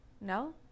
No